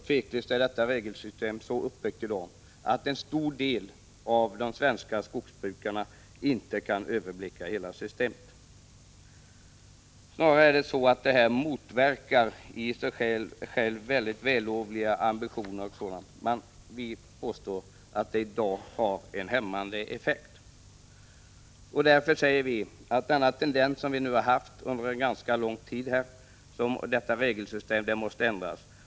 Tveklöst är detta regelsystem i dag så uppbyggt att en stor del av de svenska skogsbrukarna inte kan överblicka hela systemet. Snarare är det så att systemet i sig motverkar väldigt vällovliga ambitioner. Vi påstår att det i dag har en hämmande effekt. Därför menar vi att regelsystemet måste ändras.